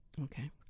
Okay